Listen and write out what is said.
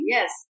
Yes